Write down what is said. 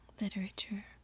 Literature